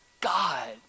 God